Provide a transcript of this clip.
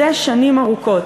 זה שנים ארוכות.